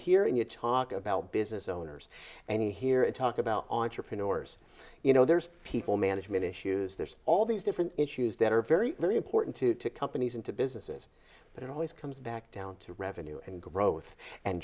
hear and you talk about business owners and hear it talk about entrepreneurs you know there's people management issues there's all these different issues that are very very important to companies and to businesses but it always comes back down to revenue and growth and